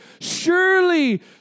surely